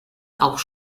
auch